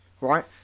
Right